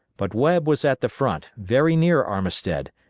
but webb was at the front, very near armistead,